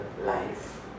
life